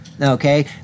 okay